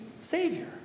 Savior